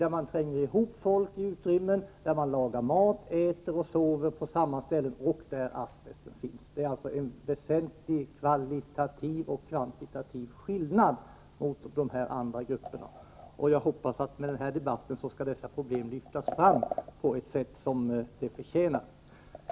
Där trängs folk ihop i små utrymmen, och man lagar mat, äter och sover på samma ställe där asbest finns. Det är alltså en väsentlig skillnad, både kvalitativt och kvantitativt. Jag hoppas att dessa problem kommer att lyftas fram i och med denna debatt på det sätt som de förtjänar.